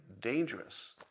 dangerous